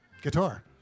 Guitar